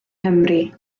nghymru